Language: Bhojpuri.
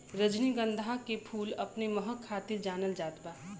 रजनीगंधा के फूल अपने महक खातिर जानल जात बा